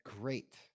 great